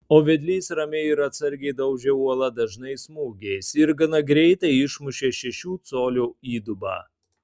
o vedlys ramiai ir atsargiai daužė uolą dažnais smūgiais ir gana greitai išmušė šešių colių įdubą